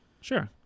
sure